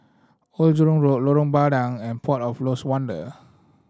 Old Jurong Road Lorong Bandang and Port of Lost Wonder